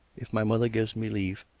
if my mother gives me leave.